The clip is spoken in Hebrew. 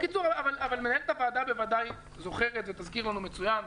אבל מנהלת הוועדה בוודאי זוכרת ותזכיר לנו מצוין.